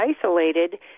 isolated